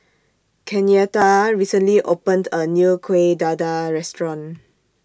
Kenyatta recently opened A New Kueh Dadar Restaurant